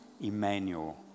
Emmanuel